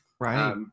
Right